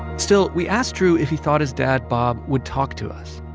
still, we asked drew if he thought his dad, bob, would talk to us.